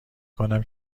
کنم